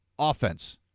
offense